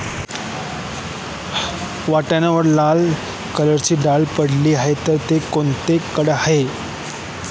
वाटाण्यावर लाल कलरचे डाग पडले आहे तर ती कोणती कीड आहे?